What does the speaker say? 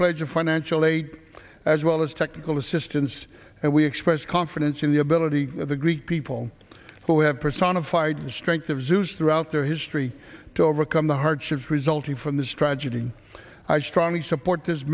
pledge of financial aid as well as technical assistance and we express confidence in the ability of the greek people who have personified the strength of zeus throughout their history to overcome the hardships resulting from this tragedy i strongly support this